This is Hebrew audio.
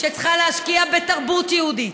שצריכה להשקיע בתרבות יהודית.